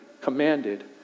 commanded